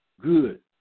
Good